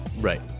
Right